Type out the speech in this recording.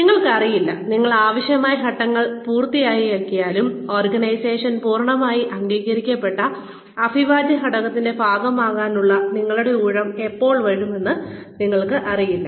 നിങ്ങൾക്കറിയില്ല നിങ്ങൾ ആവശ്യമായ ഘട്ടങ്ങൾ പൂർത്തിയാക്കിയാലും ഓർഗനൈസേഷൻന്റെ പൂർണമായി അംഗീകരിക്കപ്പെട്ട അവിഭാജ്യ ഘടകത്തിന്റെ ഭാഗമാകാനുള്ള നിങ്ങളുടെ ഊഴം എപ്പോൾ വരുമെന്ന് നിങ്ങൾക്കറിയില്ല